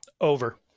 Over